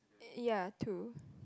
ya two